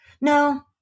No